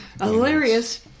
Hilarious